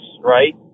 right